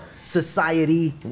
society